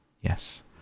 Yes